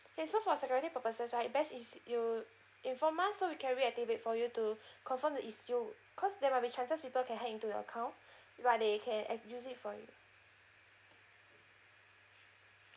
K so for security purposes right if best it's you inform us so we can reactivate for you to confirm that is you cause there might be chances people can hack into your account right they can ac~ use it for you